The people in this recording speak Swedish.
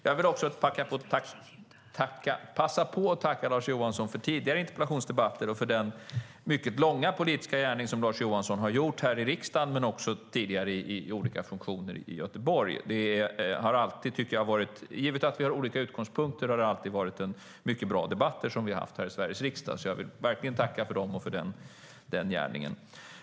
Jag vill också passa på att tacka Lars Johansson för tidigare interpellationsdebatter och för den långa politiska gärning som Lars Johansson har utövat i riksdagen och tidigare i olika funktioner i Göteborg. Givet att vi har olika utgångspunkter har vi alltid haft mycket bra debatter i Sveriges riksdag. Jag vill verkligen tacka för debatterna och gärningen.